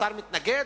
השר מתנגד?